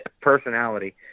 personality